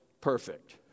perfect